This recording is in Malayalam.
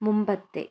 മുമ്പത്തെ